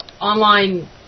online